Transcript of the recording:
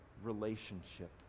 Relationship